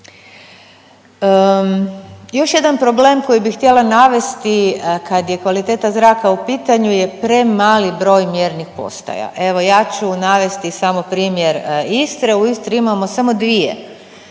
Još jedan problem koji bih htjela navesti, kad je kvaliteta zraka u pitanju je premali broj mjernih postaja. Evo ja ću navesti samo primjer Istre. U Istri imamo samo dvije